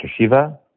Shiva